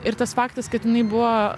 ir tas faktas kad jinai buvo